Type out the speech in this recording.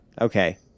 okay